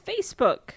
Facebook